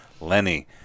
Lenny